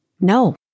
No